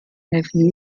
helfen